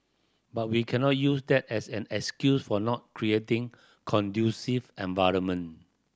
but we cannot use that as an excuse for not creating conducive environment